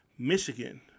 Michigan